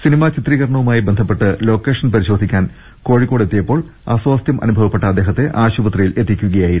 cinema ചിത്രീകരണവുമായി ബന്ധപ്പെട്ട് location പരിശോധിക്കാൻ കോഴിക്കോട്ട് എത്തിയപ്പോൾ അസ്വാസ്ഥ്യം അനുഭവപ്പെട്ട അദ്ദേഹത്തെ ആശു പത്രിയിൽ എത്തിക്കുകയായിരുന്നു